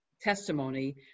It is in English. testimony